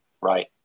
right